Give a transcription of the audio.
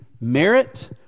merit